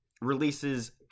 releases